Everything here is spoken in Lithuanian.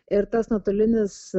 ir tas nuotolinis